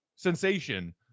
sensation